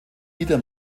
lieder